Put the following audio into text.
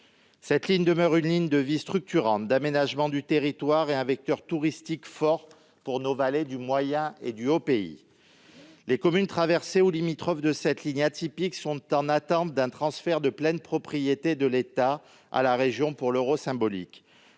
Cette ligne demeure une ligne de vie structurante d'aménagement du territoire et un vecteur touristique fort pour nos vallées du moyen et haut pays. Les communes traversées ou limitrophes de cette ligne atypique attendent le transfert de pleine propriété de l'État à la région pour l'euro symbolique,